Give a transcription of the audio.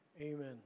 Amen